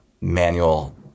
manual